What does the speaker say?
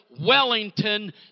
Wellington